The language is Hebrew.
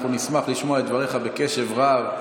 נשמח לשמוע את דבריך בקשב רב.